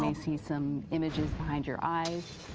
um see some images behind your eyes.